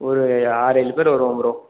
ஒரு ஆறு ஏழு பேர் வருவோம் ப்ரோ